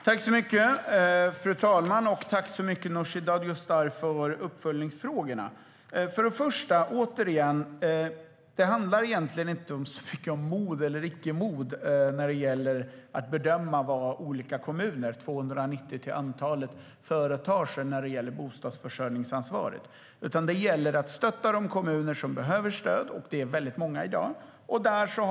Fru talman! Tack, Nooshi Dadgostar, för uppföljningsfrågorna! Till att börja med handlar det egentligen inte så mycket om mod eller icke-mod när det gäller att bedöma vad olika kommuner, 290 till antalet, företar sig i fråga om bostadsförsörjningsansvaret. Det gäller att stödja de kommuner som behöver stöd. Och det är väldigt många i dag.